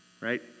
right